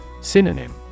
Synonym